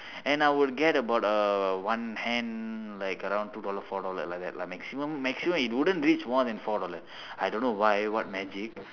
and I would get about err one hand like around two dollar four dollar like that lah maximum maximum it wouldn't reach more than four dollar I don't know why what magic